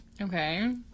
Okay